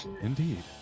Indeed